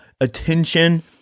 attention